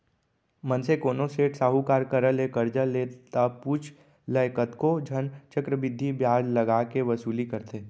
मनसे कोनो सेठ साहूकार करा ले करजा ले ता पुछ लय कतको झन चक्रबृद्धि बियाज लगा के वसूली करथे